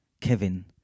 Kevin